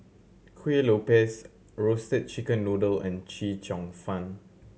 Kueh Lopes Roasted Chicken Noodle and Chee Cheong Fun